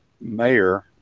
mayor